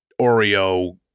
Oreo